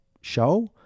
show